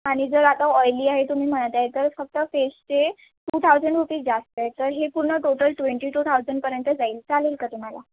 आणि जर आता ऑईली आहे तुम्ही म्हणत आहे तर फक्त फेसचे टू थाउजंड रुपीज जास्त आहे तर पूर्ण टोटल ट्वेंटी टू थाउजंडपर्यंत जाईल चालेल का तुम्हाला